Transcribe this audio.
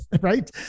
right